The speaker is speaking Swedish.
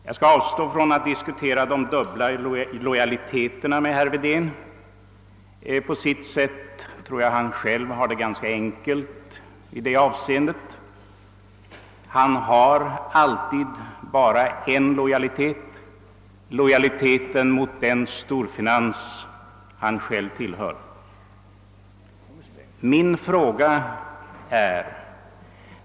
Jag skall avstå från att diskutera de dubbla lojaliteterna med herr Wedén — på sitt sätt tror jag han själv har det ganska enkelt i det avseendet; han har alltid bara en lojalitet: lojaliteten mot den storfinans han själv tillhör.